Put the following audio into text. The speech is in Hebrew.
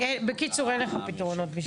זה הגרף שהראינו.